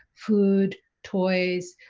food, toys,